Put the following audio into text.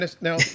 now